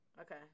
Okay